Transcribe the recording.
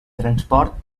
transport